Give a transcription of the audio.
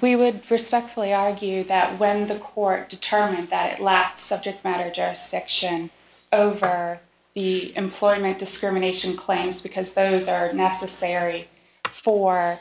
we would respectfully argue that when the court determined that it lacked subject matter jurisdiction over the employment discrimination claims because those are necessary for